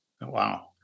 Wow